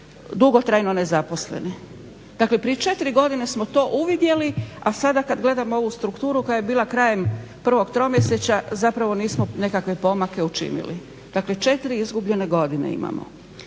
dugotrajno nezaposleni. Dakle, prije četiri godine smo to uvidjeli, a sada kad gledamo ovu strukturu koja je bila krajem prvog tromjesečja zapravo nismo nekakve pomake učinili. Dakle, 4 izgubljene godine imamo.